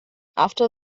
after